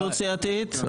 התייעצות סיעתית,